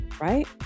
right